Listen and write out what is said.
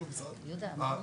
שהוא משרד הביטחון,